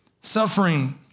Suffering